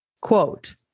Quote